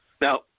Now